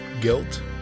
Guilt